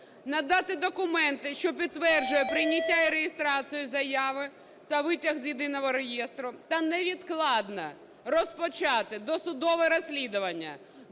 надати документи, що підтверджує прийняття і реєстрацію заяви та витяг з єдиного реєстру, та невідкладно розпочати досудове розслідування